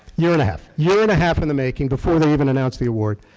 year and a half? year and a half in the making before they even announced the award.